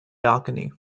balcony